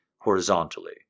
horizontally